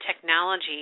technology